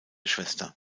schwester